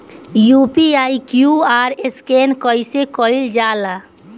UPI QR scan कइसे कईल जा ला?